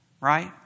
Right